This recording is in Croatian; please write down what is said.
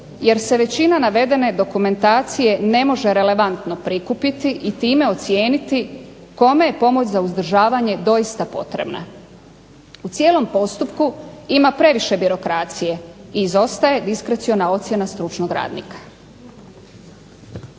jer se većina navedene dokumentacije ne može relevantno prikupiti i time ocijeniti kome je pomoć za uzdržavanje doista potrebna. U cijelom postupku ima previše birokracije i izostaje diskreciona ocjena stručnog radnika.